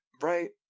right